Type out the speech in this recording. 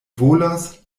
volas